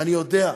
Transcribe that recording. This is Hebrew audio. ואני יודע,